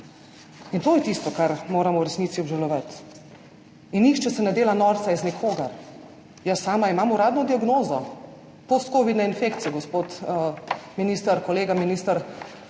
To je tisto, kar moramo v resnici obžalovati in nihče se ne dela norca iz nikogar. Jaz imam sama uradno diagnozo postkovidne infekcije, gospod minister, kolega Bešič